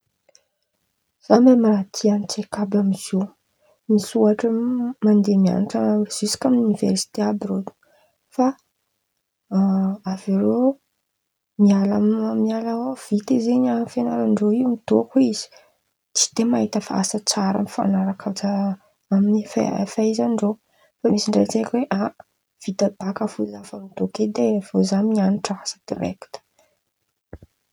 Zay maha- amy tsaiky àby amiziô, misy ôhatra mandeha mianatra ziosika amy ioniversite àby irô fa avy eo miala miala ao, vita zeny amy fian̈arandreo in̈y midôko izy tsy dia mahita asa tsara mifan̈araka tsara amy fahai- fahaizandreo fa misy ndraiky tsaiky oe a vita baka fo za efa midôko edy e avy eo za efa mianatra asa direkity.